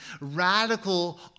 radical